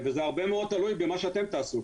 זה תלוי הרבה מאוד במה שאתם תעשו.